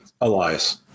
Elias